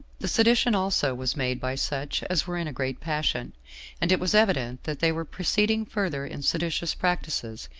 the sedition also was made by such as were in a great passion and it was evident that they were proceeding further in seditious practices,